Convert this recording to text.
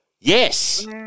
Yes